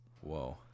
whoa